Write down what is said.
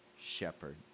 shepherd